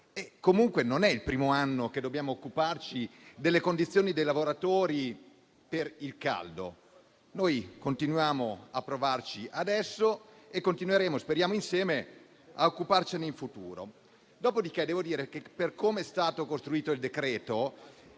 Comunque non è il primo anno che dobbiamo occuparci delle condizioni dei lavoratori per il caldo. Noi continuiamo a provarci adesso e continueremo - speriamo di farlo insieme - a occuparcene in futuro. Dopodiché devo dire che, per come è stato costruito il decreto-legge,